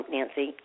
Nancy